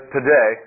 today